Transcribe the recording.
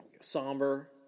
somber